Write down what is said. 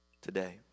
today